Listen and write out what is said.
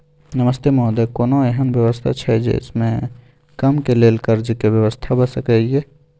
नमस्ते महोदय, कोनो एहन व्यवस्था छै जे से कम के लेल कर्ज के व्यवस्था भ सके ये?